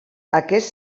aquest